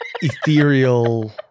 ethereal